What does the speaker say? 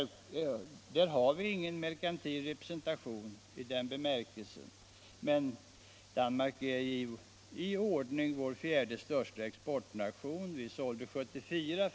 Vi har ingen merkantilrepresentation i den bemärkelsen i Danmark, trots att Danmark är den fjärde exportnationen i ordningen.